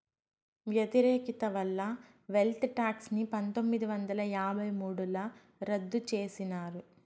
వ్యతిరేకత వల్ల wealth tax ని పందొమ్మిది వందల యాభై మూడుల రద్దు చేసినారు